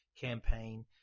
campaign